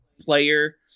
player